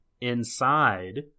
inside